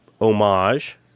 homage